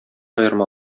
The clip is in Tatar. аерма